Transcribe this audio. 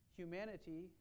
humanity